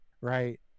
right